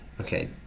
Okay